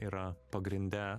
yra pagrinde